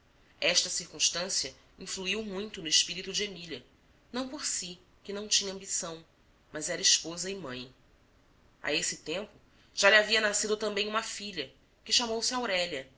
esta circunstância influiu muito no espírito de emília não por si que não tinha ambição mas era esposa e mãe a esse tempo já lhe havia nascido também uma filha que chamou-se aurélia